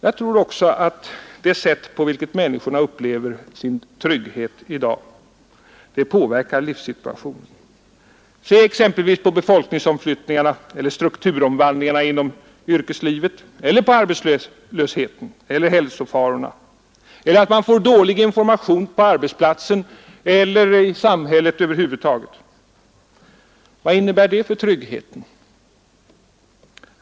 Jag tror också att det sätt på vilket människorna upplever sin trygghet i dag påverkar livssituationen. Se exempelvis på befolkningsomflyttningarna eller strukturomvandlingarna inom yrkeslivet eller på arbetslösheten eller hälsofarorna eller på det förhållandet, att man får dålig information på arbetsplatsen eller i samhället över huvud taget. Vad innebär det för tryggheten?